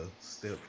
step